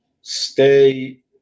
stay